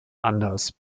anders